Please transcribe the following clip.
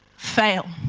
fail,